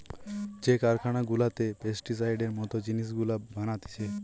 যে কারখানা গুলাতে পেস্টিসাইডের মত জিনিস গুলা বানাতিছে